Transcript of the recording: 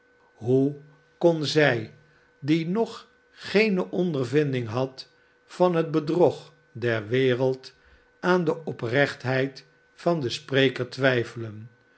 hoe kon zij die nog geene ondervinding had van het bedrog der wereld aan de oprechtheid van den spreker twijfelen